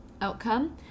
outcome